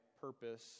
purpose